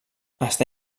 està